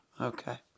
Okay